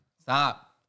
Stop